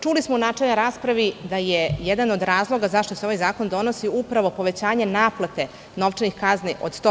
Čuli smo u načelnoj raspravi da je jedan od razloga zašto se ovaj zakon donosi, upravo povećanje naplate novčanih kazni od 100%